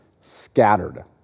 scattered